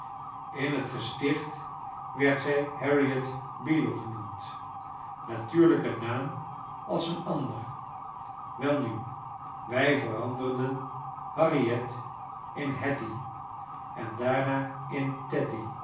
in het gesticht werd zij harriet beadle genoemd natuurlijk een naam als een ander welnu wij veranderden harriet in hatty en daarna in